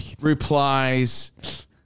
replies